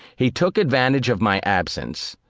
he took advantage of my absence,